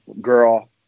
girl